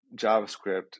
javascript